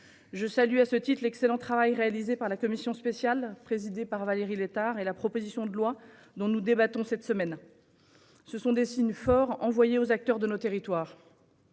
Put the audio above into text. Je salue à ce titre l'excellent travail réalisé par la commission spéciale présidée par Valérie Létard autour de la proposition de loi dont nous débattons cette semaine. Ce sont des signes forts envoyés aux acteurs de nos territoires.